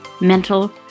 mental